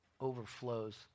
overflows